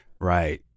Right